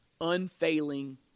unfailing